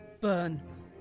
burn